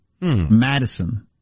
Madison